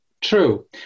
True